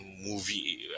movie